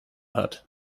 hat